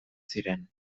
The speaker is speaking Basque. ziren